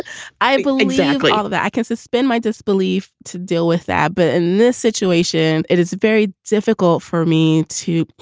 i feel exactly kind of that. i can suspend my disbelief to deal with that. but in this situation, it is very difficult for me to,